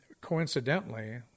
coincidentally